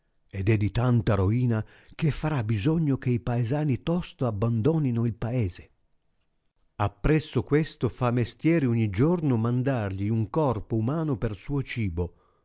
ed è di tanta roina che farà bisogno che i paesani tosto abbandonino il paese appresso questo fa mestieri ogni giorno mandargli un corpo umano per suo cibo